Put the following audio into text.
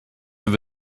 have